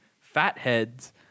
Fatheads